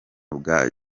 bwa